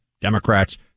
Democrats